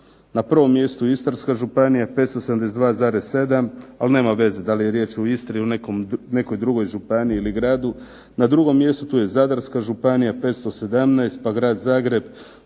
na prvom mjestu Istarska županija 572,7 ali nema veze da li je riječ o Istri ili nekoj drugoj županiji ili gradu. Na drugom mjestu tu je Zadarska županija 517, pa grad Zagreb,